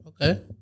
Okay